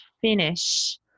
finish